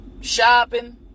shopping